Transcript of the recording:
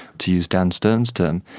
to use dan stern's term.